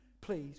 Please